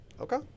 Okay